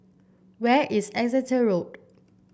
where is Exeter Road